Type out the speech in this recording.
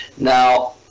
Now